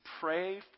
pray